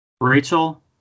Rachel